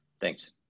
thanks